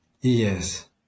Yes